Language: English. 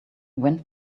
went